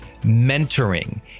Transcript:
Mentoring